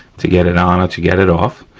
to get it on or to get it off.